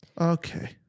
Okay